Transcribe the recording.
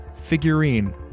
figurine